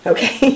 Okay